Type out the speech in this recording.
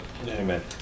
Amen